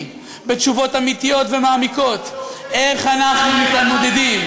בתשובות אמיתיות ומעמיקות איך אנחנו מתמודדים,